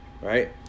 right